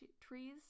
trees